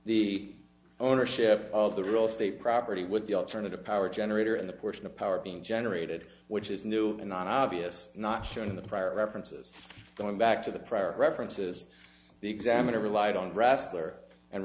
the ownership of the real estate property with the alternative power generator and the portion of power being generated which is new and non obvious not shown in the prior references going back to the prior references the examiner relied on raster and